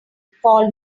call